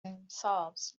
themselves